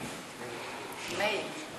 מאיר.